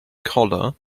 collar